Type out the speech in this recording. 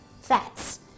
fats